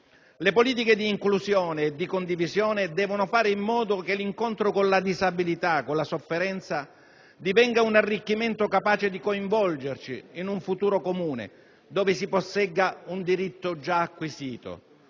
Le politiche di inclusione e di condivisione devono fare in modo che l'incontro con la disabilità, con la sofferenza divenga un arricchimento capace di coinvolgerci in un futuro comune, dove si possegga un diritto già acquisito: